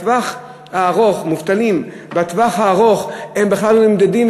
מובטלים בטווח הארוך בכלל לא נמדדים.